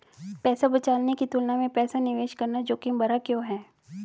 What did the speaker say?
पैसा बचाने की तुलना में पैसा निवेश करना जोखिम भरा क्यों है?